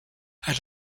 had